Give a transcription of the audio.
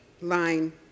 line